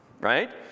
Right